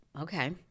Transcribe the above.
Okay